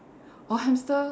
or hamster